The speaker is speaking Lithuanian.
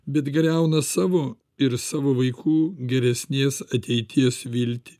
bet griauna savo ir savo vaikų geresnės ateities viltį